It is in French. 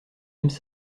aiment